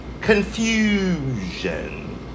confusion